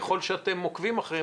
ככל שאתם עוקבים אחריהן,